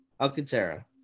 Alcantara